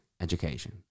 education